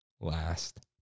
last